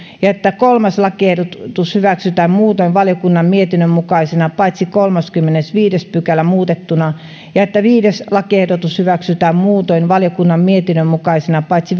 ja että kolmas lakiehdotus hyväksytään muutoin valiokunnan mietinnön mukaisena paitsi kolmaskymmenesviides pykälä muutettuna ja että viides lakiehdotus hyväksytään muutoin valiokunnan mietinnön mukaisena paitsi